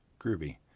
groovy